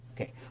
Okay